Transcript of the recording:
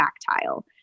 tactile